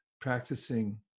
practicing